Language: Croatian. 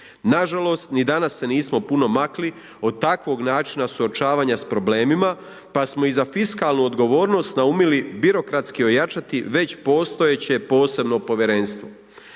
Na žalost ni danas se nismo puno makli od takvog načina suočavanja s problemima, pa smo i za fiskalnu odgovornost naumili birokratski ojačati već postojeće posebno povjerenstvo.